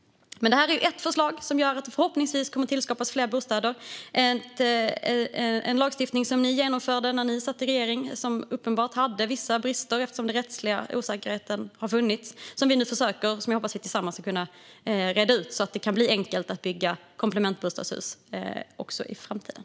Det här är ett förslag som gör att det förhoppningsvis kommer att tillskapas fler bostäder. Den lagstiftning som ni genomförde när ni satt i regering hade uppenbart vissa brister, eftersom det har funnits en rättslig osäkerhet som vi nu försöker reda ut. Jag hoppas att vi tillsammans ska kunna göra det, så att det kan bli enkelt att bygga komplementbostadshus också i framtiden.